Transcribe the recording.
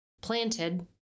planted